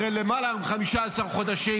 אחרי יותר מ-15 חודשים,